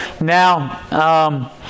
Now